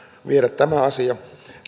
viedä tämä asia